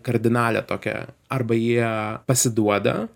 kardinalią tokią arba jie pasiduoda